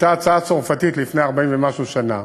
הייתה הצעה צרפתית לפני 40 ומשהו שנה